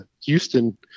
Houston